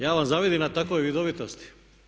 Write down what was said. Ja vam zavidim na takvoj vidovitosti.